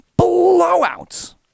Blowouts